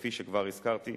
כפי שכבר הזכרתי,